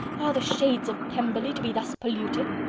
are the shades of pemberley to be thus polluted?